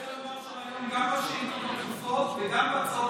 אני רוצה לומר שהיום גם בשאילתות הדחופות וגם בהצעות